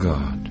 God